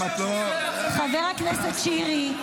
אני מתקשר --- חבר הכנסת שירי.